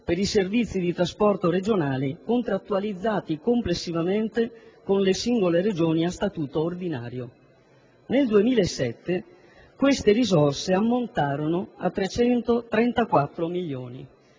per i servizi di trasporto regionali contrattualizzati con le singole Regioni a Statuto ordinario. Nel 2007 queste risorse ammontarono a 334 milioni.